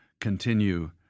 continue